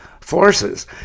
forces